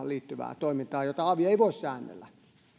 liittyvää toimintaa jota avi ei voi säännellä